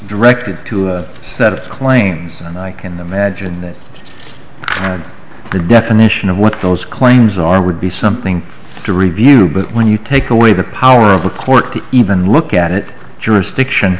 directed to a lot of claims and i can imagine that kind of the definition of what those claims are would be something to review but when you take away the power of the court to even look at it jurisdiction